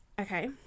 Okay